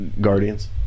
Guardians